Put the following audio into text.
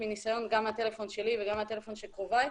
מניסיון גם מהטלפון שלי וגם מהטלפון של קרוביי,